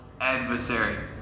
adversary